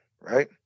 right